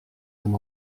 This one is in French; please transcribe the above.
même